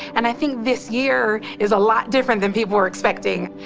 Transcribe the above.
and i think this year is a lot different than people were expecting.